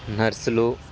నర్సులు